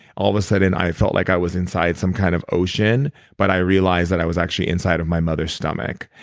all of a sudden, i felt like i was inside some kind of ocean but i realize that i was actually inside of my mother's stomach.